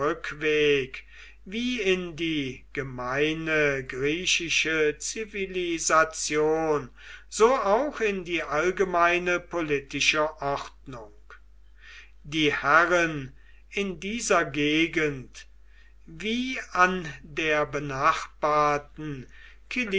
wie in die gemeine griechische zivilisation so auch in die allgemeine politische ordnung die herren in dieser gegend wie an der benachbarten